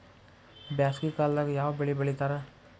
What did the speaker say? ಬ್ಯಾಸಗಿ ಕಾಲದಾಗ ಯಾವ ಬೆಳಿ ಬೆಳಿತಾರ?